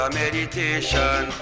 meditation